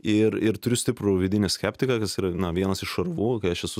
ir ir turiu stiprų vidinį skeptiką kas yra vienas iš urvų kai aš esu